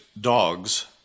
dogs